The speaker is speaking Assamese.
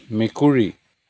মেকুৰী